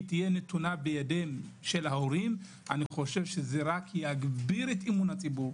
היא תהיה נתונה בידי ההורים אני חושב שזה רק יגביר את אמון הציבור,